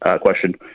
question